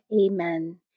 Amen